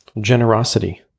generosity